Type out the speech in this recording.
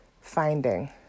Finding